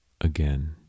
again